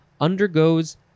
undergoes